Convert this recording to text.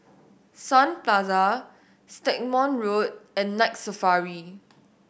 Sun Plaza Stagmont Road and Night Safari